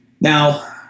Now